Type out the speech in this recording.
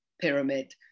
pyramid